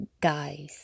guys